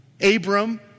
Abram